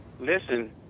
listen